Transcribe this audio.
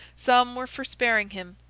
some were for sparing him,